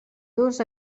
dos